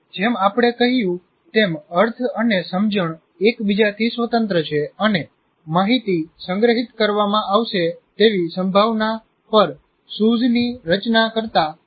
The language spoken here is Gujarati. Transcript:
જેમ આપણે કહ્યું તેમ અર્થ અને સમજણ એકબીજાથી સ્વતંત્ર છે અને માહિતી સંગ્રહિત કરવામાં આવશે તેવી સંભાવના પર સૂઝની રચના કરતાં અર્થ વધુ અસર કરે છે